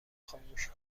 خاموش